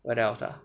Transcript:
what else ah